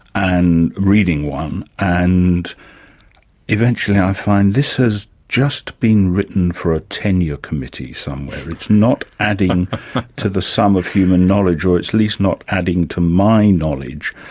and reading one, and eventually i find, this has just been written for a tenure committee somewhere. it's not adding to the sum of human knowledge, or it's at least not adding to my knowledge.